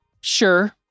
Sure